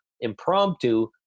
Impromptu